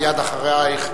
מייד אחרייך,